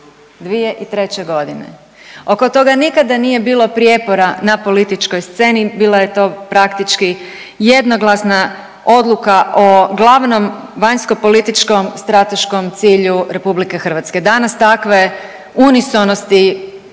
započeo 2003. godine. Oko toga nikada nije bilo prijepora na političkoj sceni, bila je to praktički jednoglasna odluka o glavnom vanjsko-političkom strateškom cilju Republike Hrvatske. Danas takve unisonosti